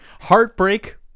Heartbreak